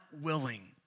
willing